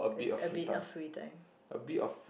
a a bit of free time